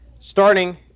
Starting